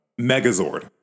Megazord